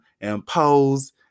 impose